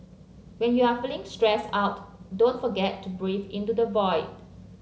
when you are feeling stressed out don't forget to breathe into the void